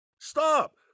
Stop